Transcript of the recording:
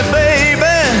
baby